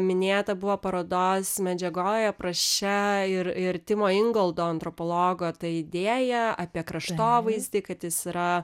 minėta buvo parodantis medžiagoje apraše ir ir timo ingoldo antropologo ta idėja apie kraštovaizdį kad jis yra